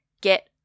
get